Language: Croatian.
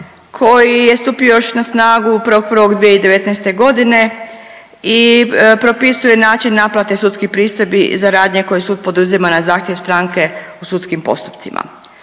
koji je stupio još na snagu 1.1.2019. godine i propisuje način naplate sudskih pristojbi za radnje koje su poduzimane na zahtjev stranke u sudskim postupcima.